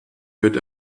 hört